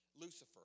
Lucifer